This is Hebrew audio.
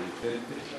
ההצעה